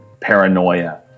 paranoia